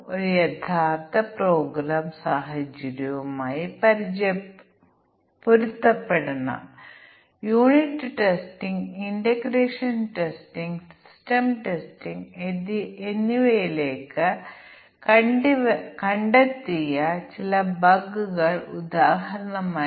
എന്നാൽ 7 ഇൻപുട്ടിനും ഓരോന്നിനും 2 എടുക്കുമ്പോൾ എനിക്ക് 8 ഉം ഈ 15 ന് എനിക്ക് 21 ഉം ലഭിക്കുമെന്ന് എനിക്ക് എങ്ങനെ അറിയാം എന്ന് നിങ്ങൾ ആശ്ചര്യപ്പെട്ടേക്കാം